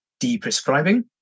deprescribing